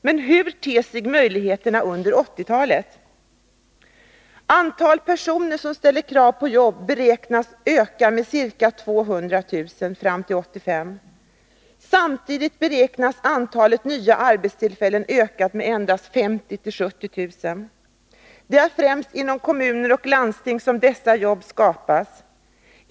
Men hur ter sig möjligheterna under 1980-talet? Antalet personer som ställer krav på jobb beräknas öka med ca 200 000 fram till 1985. Samtidigt beräknas antalet nya arbetstillfällen öka med endast 50 000-70 000. Det är främst inom kommuner och landsting som dessa jobb skapas.